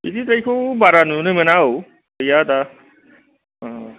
बिदिद्रायखौ बारा नुनो मोना औ गैया दा